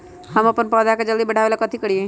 हम अपन पौधा के जल्दी बाढ़आवेला कथि करिए?